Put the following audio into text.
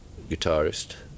guitarist